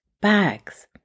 bags